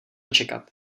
čekat